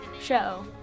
show